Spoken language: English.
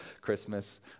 Christmas